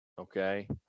okay